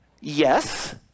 Yes